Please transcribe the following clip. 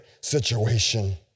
situation